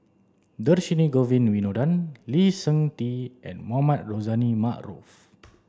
Dhershini Govin Winodan Lee Seng Tee and Mohamed Rozani Maarof